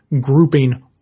grouping